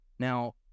Now